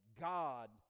God